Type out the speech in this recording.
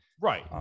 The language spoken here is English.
right